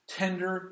tender